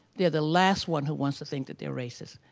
they're the last one who wants to think that they're racist.